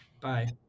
Bye